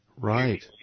Right